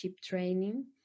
training